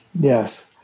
Yes